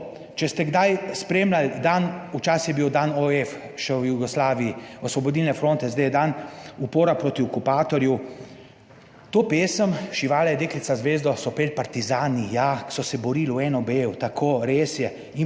Če ste kdaj spremljali dan, včasih je bil dan OF še v Jugoslaviji, Osvobodilne fronte, zdaj je dan upora proti okupatorju. To pesem Šivala deklica zvezdo, so peli partizani ja, ki so se borili v NOB, tako res je in